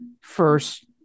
first